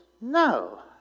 No